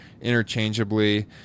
interchangeably